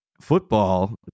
football